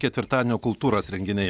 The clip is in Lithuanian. ketvirtadienio kultūros renginiai